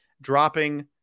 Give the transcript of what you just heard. dropping